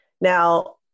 Now